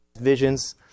visions